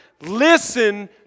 listen